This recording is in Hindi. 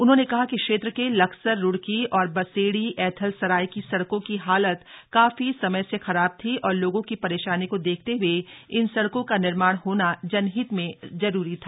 उन्होंने कहा कि क्षेत्र के लक्सर रुड़की और बसेड़ी ऐथल सराय की सड़कों की हालत काफी समय से खराब थी और लोगों की परेशानी को देखते हुए इन सड़कों का निर्माण होना जनहित में जरूरी था